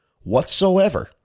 whatsoever